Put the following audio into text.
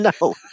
No